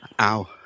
Ow